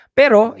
pero